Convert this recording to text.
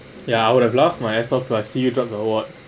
ya I would have laugh my ass off lah I see you drop the award